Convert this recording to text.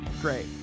Great